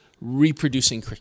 reproducing